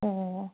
ꯑꯣ